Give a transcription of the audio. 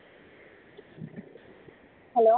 hello